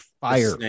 fire